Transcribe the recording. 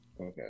Okay